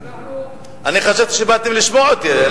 אנחנו, חשבתי שבאתם לשמוע אותי.